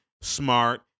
Smart